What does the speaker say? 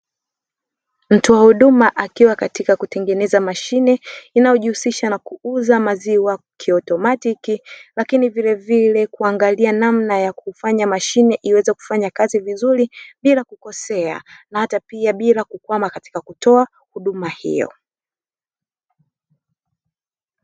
Mtoa huduma akiwa katika kutengeneza mashine inayojihusisha na kuuza maziwa kiautomoatiki, lakini vilevile kuangalia namna ya kufanya mashine iweze kufanya kazi vizuri bila kukosea wala kukwama katika kutoa huduma hiyo.